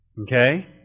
Okay